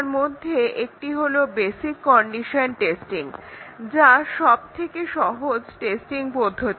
তারমধ্যে একটি হলো বেসিক কন্ডিশন টেস্টিং যা সবথেকে সহজ টেস্টিং পদ্ধতি